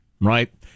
Right